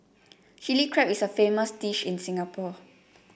Chilli Crab is a famous dish in Singapore